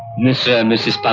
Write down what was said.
mr. and mrs. but